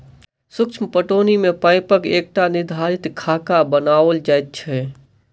सूक्ष्म पटौनी मे पाइपक एकटा निर्धारित खाका बनाओल जाइत छै